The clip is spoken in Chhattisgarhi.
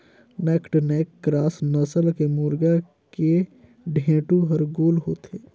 नैक्ड नैक क्रास नसल के मुरगा के ढेंटू हर गोल होथे